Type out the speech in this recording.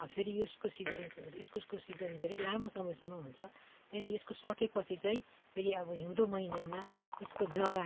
अब फेरि यसको सिजन इस्कुसको सिजन धेरै लामो समयसम्म हुन्छ त्यहाँदेखि यसको सके पछि चाहिँ फेरि अब हिउँदो महिनामा यसको जरा